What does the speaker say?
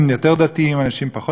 אנשים פחות מקיימי מצוות,